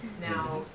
Now